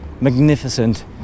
magnificent